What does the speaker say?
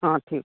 ହଁ ଠିକ